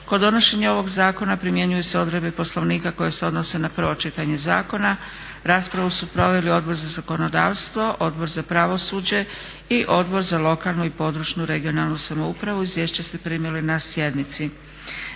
Kod donošenja ovog zakona primjenjuju se odredbe Poslovnika koje se odnose na prvo čitanje zaona. Raspravu su proveli Odbor za zakonodavstvo, Odbor za pravosuđe i Odbor za lokalnu i područnu (regionalnu) samoupravu. Izvješća ste primili na sjednici.